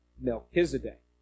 Melchizedek